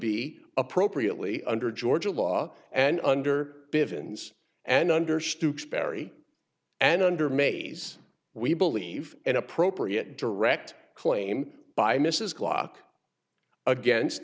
be appropriately under georgia law and under bivins and under stooks perry and under mays we believe an appropriate direct claim by mrs klock against